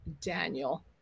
Daniel